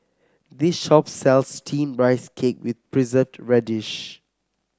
this shop sells steamed Rice Cake with Preserved Radish